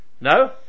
No